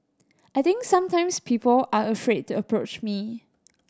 I think sometimes people are afraid to approach me